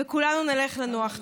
וכולנו נלך לנוח.